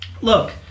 Look